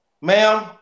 Ma'am